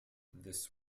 this